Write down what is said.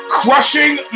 crushing